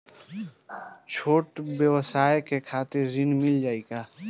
छोट ब्योसाय के खातिर ऋण मिल जाए का?